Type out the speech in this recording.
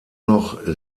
noch